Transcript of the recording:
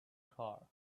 far